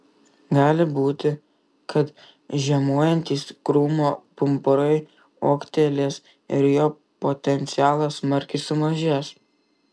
gali būti kad žiemojantys krūmo pumpurai ūgtelės ir jo potencialas smarkiai sumažės